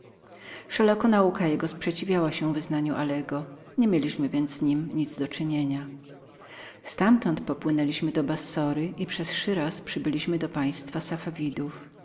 wszelako nauka jego sprzeciwiała się wyznaniu alego niemieliśmy więc z nim nic do czynienia ztamtąd popłynęliśmy do bassory i przez szyraz przybyliśmy do państwa